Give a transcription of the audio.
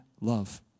love